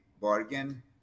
bargain